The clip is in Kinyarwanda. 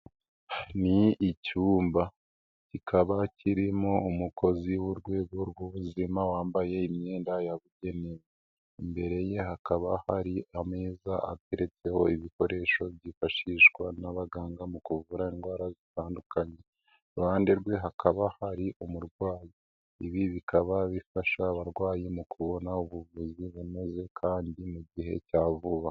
Ni icyumba kikaba kirimo umukozi w'urwego rw'ubuzima wambaye imyenda yabugenewe, imbere ye hakaba hari ameza ateretseho ibikoresho byifashishwa n'abaganga mu kuvura indwara zitandukanye, iruhande rwe hakaba hari umurwayi, ibi bikaba bifasha abarwayi mu kubona ubuvuzi buboneye kandi mu gihe cya vuba.